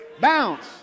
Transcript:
bounce